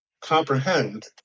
comprehend